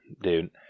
dude